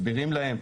מסבירים להם,